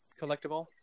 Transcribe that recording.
collectible